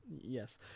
yes